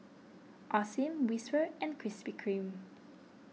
Osim Whisper and Krispy Kreme